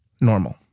Normal